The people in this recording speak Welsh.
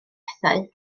pethau